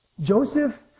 Joseph